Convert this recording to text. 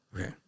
Okay